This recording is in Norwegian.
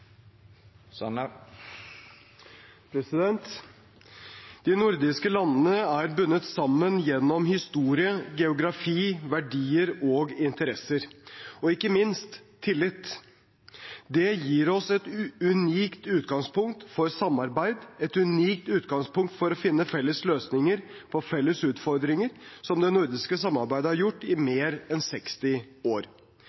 gir oss et unikt utgangspunkt for samarbeid, et unikt utgangspunkt for å finne felles løsninger på felles utfordringer, som det nordiske samarbeidet har gjort i mer